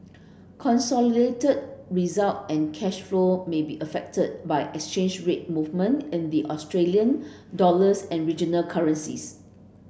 consolidated result and cash flow may be affected by exchange rate movement in the Australian dollars and regional currencies